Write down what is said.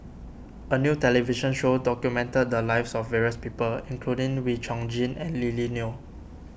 a new television show documented the lives of various people including Wee Chong Jin and Lily Neo